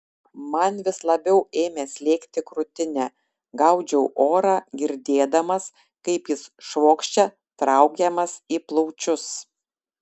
man vis labiau ėmė slėgti krūtinę gaudžiau orą girdėdamas kaip jis švokščia traukiamas į plaučius